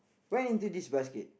went into this basket